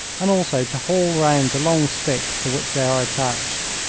and also to haul round the long sticks to which they are attached.